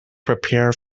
prepare